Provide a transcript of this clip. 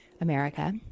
America